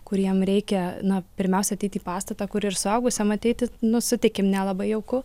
kur jam reikia na pirmiausia ateiti į pastatą kur ir suaugusiam ateiti nu sutikim nelabai jauku